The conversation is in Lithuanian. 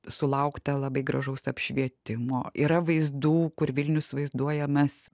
sulaukta labai gražaus apšvietimo yra vaizdų kur vilnius vaizduojamas